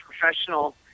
professional